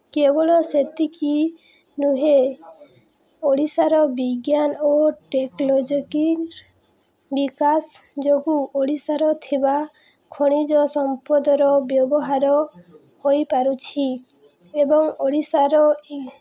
କେବଳ ସେତିକି ନୁହେଁ ଓଡ଼ିଶାର ବିଜ୍ଞାନ ଓ ଟେକ୍ନୋଲୋଜି ବିକାଶ ଯୋଗୁଁ ଓଡ଼ିଶାର ଥିବା ଖଣିଜ ସମ୍ପଦର ବ୍ୟବହାର ହୋଇପାରୁଛି ଏବଂ ଓଡ଼ିଶାର ଏହି